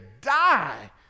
die